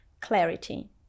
clarity